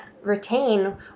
retain